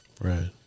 Right